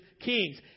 kings